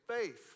faith